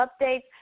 updates